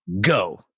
Go